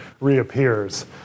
reappears